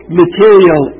material